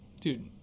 Dude